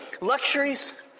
luxuries